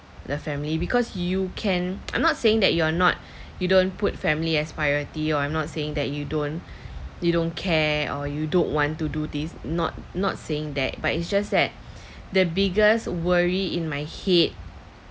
the family because you can I'm not saying that you are not you don't put family as priority or I'm not saying that you don't you don't care or you don't want to do this not not saying that but it's just that the biggest worry in my head